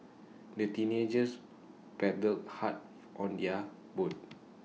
the teenagers paddled hard on their boat